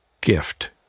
gift